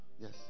Yes